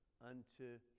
unto